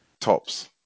tops